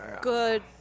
good